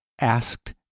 asked